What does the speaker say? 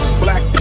black